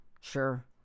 sure